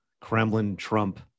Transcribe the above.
Kremlin-Trump